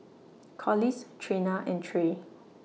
Collis Trena and Tre